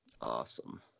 awesome